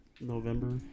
November